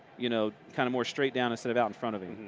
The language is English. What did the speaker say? you know, kind of more straight down instead of out in front of him.